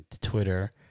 Twitter